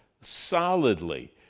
solidly